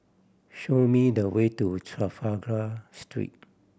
show me the way to Trafalgar Street